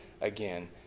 again